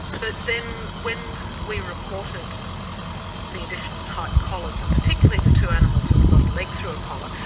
but then when we reported the additional tight collars, and particularly the two animals that got a leg through a collar,